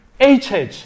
HH